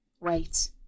Wait